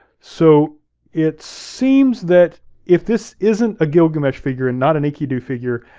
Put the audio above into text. so it seems that if this isn't a gilgamesh figure and not an enkidu figure,